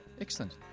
Excellent